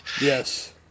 Yes